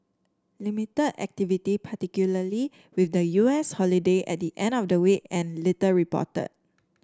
limited activity particularly with the U S holiday at the end of the week and little reported